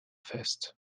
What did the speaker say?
fest